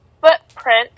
footprint